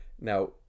Now